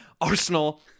Arsenal